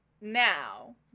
now